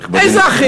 נכבדי, איזה אחים?